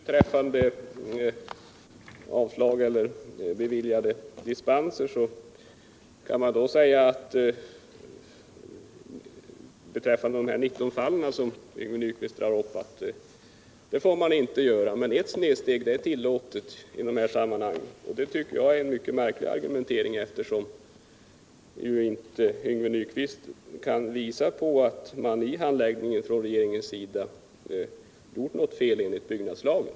Herr talman! I fråga om beviljande av dispenser från tätbebyggelseförbudet vill jag först säga att Yngve Nyquists argumentering beträffande de 19 fall som han drog upp här när han sade, att så får man inte göra, men ett snedsteg är tillåtet i de här sammanhangen, är mycket märklig, eftersom Yngve Nyquist inte kan visa att regeringen i sin handläggning gjort något fel enligt byggnadslagen.